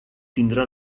tindrà